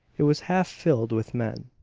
it was half filled with men.